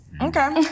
Okay